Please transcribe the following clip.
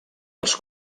els